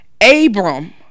Abram